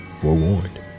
forewarned